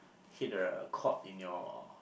hit the court in your